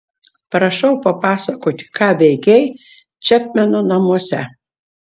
prašau papasakoti ką veikei čepmeno namuose